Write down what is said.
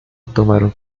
tomaron